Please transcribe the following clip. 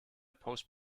post